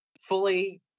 fully